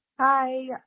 Hi